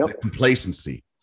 complacency